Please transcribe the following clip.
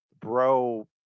bro